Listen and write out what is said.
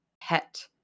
pet